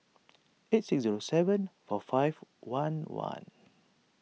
eight six zero seven four five one one